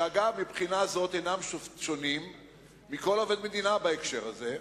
שאגב מהבחינה הזאת אינם שונים מכל עובד מדינה בהקשר הזה,